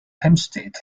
hempstead